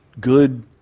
good